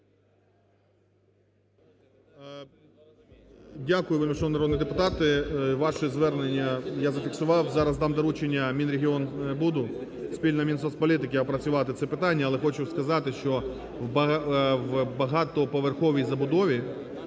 Дякую, вельмишановні народні депутати, ваші звернення я зафіксував, зараз дам доручення Мінрегіонбуду, спільно з Мінсоцполітики, опрацювати це питання. Але хочу сказати, що в багатоповерховій забудові